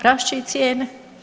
Rast će i cijene.